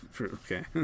Okay